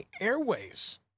Airways